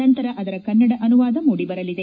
ನಂತರ ಅದರ ಕನ್ನಡ ಅನುವಾದ ಮೂಡಿಬರಲಿದೆ